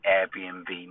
Airbnb